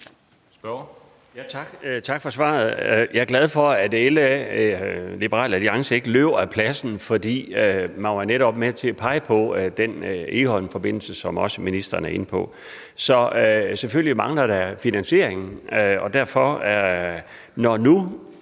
Tak for svaret. Jeg er glad for, at Liberal Alliance ikke løber af pladsen, for man var netop med til at pege på den Egholmforbindelse, som også ministeren er inde på. Selvfølgelig mangler der finansiering. Nu nævner ministeren,